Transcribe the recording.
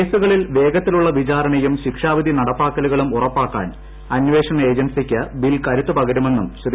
കേസുകളിൽ വേഗത്തിലുള്ള വിചാരണയും ശിക്ഷാവിധി നടപ്പാക്കലുകളും ഉറപ്പാക്കാൻ അന്വേഷണ ഏജൻസിക്ക് ബിൽ കരുത്തുപകരുമെന്നും ശ്രീ